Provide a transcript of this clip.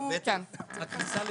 הכניסה לתוקף.